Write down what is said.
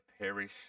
perish